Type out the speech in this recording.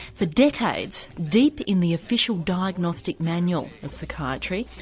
for decades, deep in the official diagnostic manual of psychiatry,